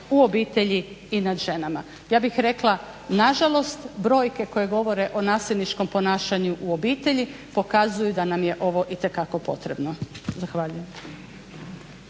u obitelji i nad ženama. Ja bih rekla na žalost brojke koje govore o nasilničkom ponašanju u obitelji pokazuju da nam je ovo itekako potrebno. Zahvaljujem.